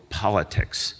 politics